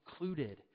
included